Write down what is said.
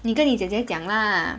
你跟你姐姐讲啦